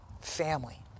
Family